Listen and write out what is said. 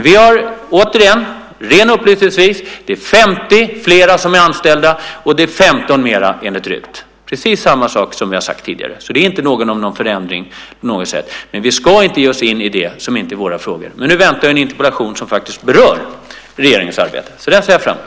Upplysningsvis är det alltså 50 flera som är anställda och 15 flera enligt RUT. Det är precis samma sak som vi har sagt tidigare. Det är alltså inte någon förändring på något sätt. Vi ska inte ge oss in i det som inte är våra frågor. Men nu väntar en interpellation som faktiskt berör regeringens arbete, så den ser jag fram emot.